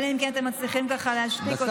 אלא אם כן אתם מצליחים להשתיק אותה.